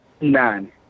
Nine